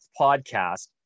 podcast